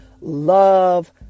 love